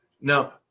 Now